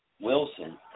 Wilson